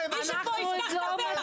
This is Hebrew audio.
מישהו פה יפתח את הפה, מחר הוא יהיה בבית.